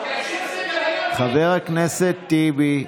חבר הכנסת טיבי.